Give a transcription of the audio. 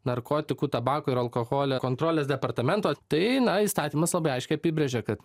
narkotikų tabako ir alkoholio kontrolės departamento tai na įstatymas labai aiškiai apibrėžė kad